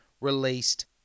released